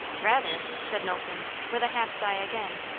rather, said knowlton, with a half sigh again.